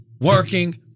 working